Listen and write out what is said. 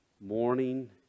morning